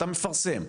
אתה מפרסם,